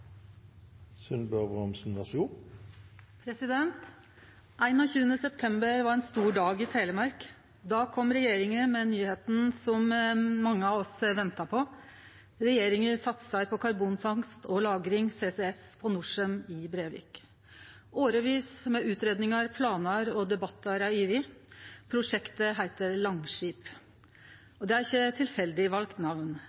september var ein stor dag i Telemark. Då kom regjeringa med nyheita som mange av oss hadde venta på: Regjeringa satsar på karbonfangst og -lagring, CCS, på Norcem i Brevik. Årevis med utgreiingar, planar og debattar er over. Prosjektet heiter